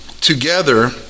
together